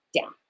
Down